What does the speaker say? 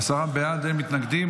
עשרה בעד, אין מתנגדים.